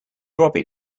robbie